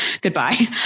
Goodbye